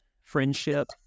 friendship